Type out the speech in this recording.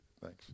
Thanks